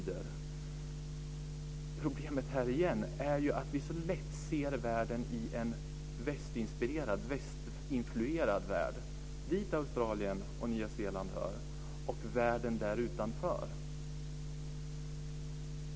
Men problemet är risken att man ser världen som en västinfluerad värld, dit Australien och Nya Zeeland hör.